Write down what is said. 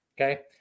okay